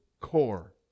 core